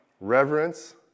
reverence